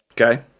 Okay